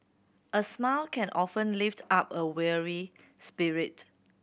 a smile can often lift up a weary spirit